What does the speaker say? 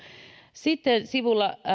sitten sivuilla